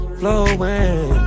flowing